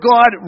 God